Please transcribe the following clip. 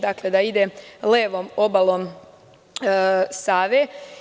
Dakle, da ide levom obalom Save.